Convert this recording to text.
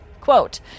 Quote